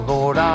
Lord